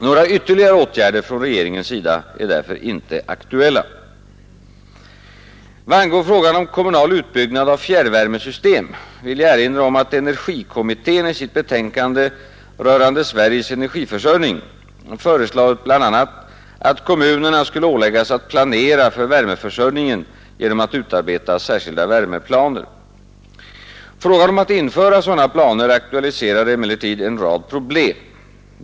Några ytterligare åtgärder från regeringens sida är därför inte aktuella. Vad angår frågan om kommunal utbyggnad av fjärrvärmesystem vill jag erinra om att energikommittén i sitt betänkande rörande Sveriges energiförsörjning föreslagit bl.a., att kommunerna skulle åläggas att planera för värmeförsörjningen genom att utarbeta särskilda värmeplaner. Frågan om att införa sådana planer aktualiserar emellertid en rad problem.